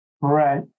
Right